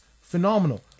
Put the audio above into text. Phenomenal